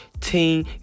teen